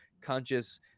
conscious